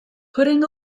putting